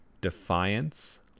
Defiance